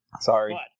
Sorry